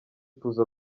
tuza